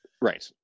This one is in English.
Right